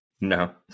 No